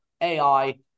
AI